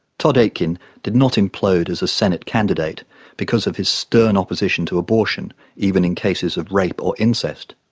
todd akin did not implode as a senate candidate because of his stern opposition to abortion even in cases of rape or incest